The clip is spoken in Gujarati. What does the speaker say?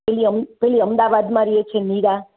પેલી અમ પેલી અમદાવાદમાં રહે છે એ નીરા